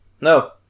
no